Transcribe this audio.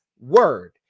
word